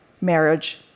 marriage